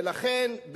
ולכן,